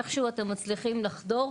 איכשהו אתם מצליחים לחדור,